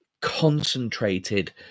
concentrated